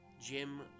Jim